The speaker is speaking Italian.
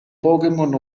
pokémon